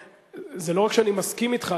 זה לא רק שאני מסכים אתך,